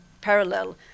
parallel